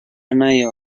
نیار